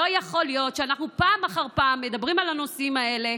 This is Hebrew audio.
לא יכול להיות שאנחנו פעם אחר פעם מדברים על הנושאים האלה.